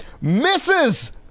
misses